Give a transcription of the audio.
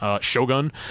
Shogun